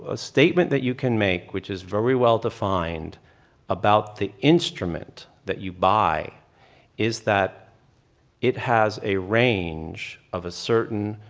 a statement that you can make which is very well defined about the instrument that you buy is that it has a range of a certain,